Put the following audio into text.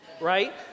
right